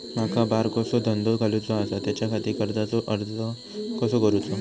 माका बारकोसो धंदो घालुचो आसा त्याच्याखाती कर्जाचो अर्ज कसो करूचो?